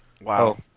Wow